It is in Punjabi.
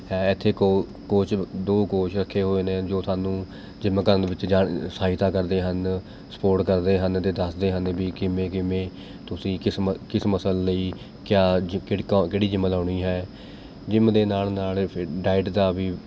ਹੈ ਇੱਥੇ ਕੋ ਕੋਚ ਦੋ ਕੋਚ ਰੱਖੇ ਹੋਏ ਨੇ ਜੋ ਸਾਨੂੰ ਜਿੰਮ ਕਰਨ ਵਿੱਚ ਜਾਂ ਸਹਾਇਤਾ ਕਰਦੇ ਹਨ ਸਪੋਟ ਕਰਦੇ ਹਨ ਅਤੇ ਦੱਸਦੇ ਹਨ ਵੀ ਕਿਵੇਂ ਕਿਵੇਂ ਤੁਸੀਂ ਕਿਸ ਮ ਕਿਸ ਮਸਲ ਲਈ ਕਿਆ ਜ ਕਿਹੜੀ ਕੋ ਕਿਹੜੀ ਜਿੰਮ ਲਾਉਣੀ ਹੈ ਜਿੰਮ ਦੇ ਨਾਲ਼ ਨਾਲ਼ ਫਿਰ ਡਾਇਟ ਦਾ ਵੀ